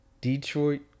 Detroit